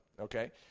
okay